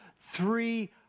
three